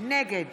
נגד